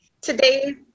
today